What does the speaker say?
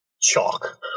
Chalk